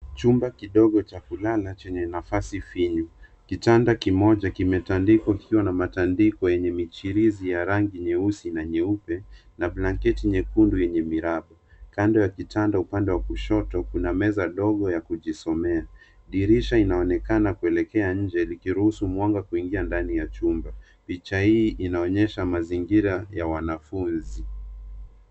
Chumba kidogo cha kulala chenye nafasi finyu, kitanda kimoja kimetandikwa kikiwa na matandiko yenye michirizi ya rangi nyeusi na nyeupe na blanketi nyekundu yenye miraba. Kando ya kitanda upande wa kushoto kuna meza dogo ya kujisomea, dirisha inaonekana kuelekea nje likiruhusu mwanga kuingia ndani ya chumba. Picha hii inaonyesha mazingira ya wanafunzi.